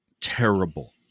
terrible